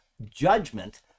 judgment